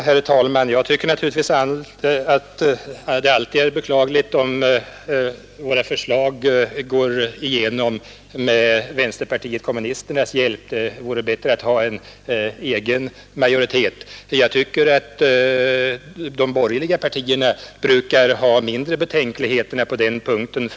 Herr talman! Jag tycker naturligtvis att det alltid är beklagligt, om våra förslag går igenom med vänsterpartiet kommunisternas hjälp. Det vore bättre att ha en egen majoritet. De borgerliga partierna brukar emellertid ha mindre betänkligheter på den punkten.